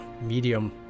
medium